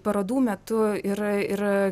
parodų metu ir ir